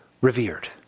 revered